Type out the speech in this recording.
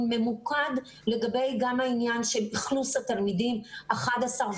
ממוקד לגבי העניין של אכלוס התלמידים 11,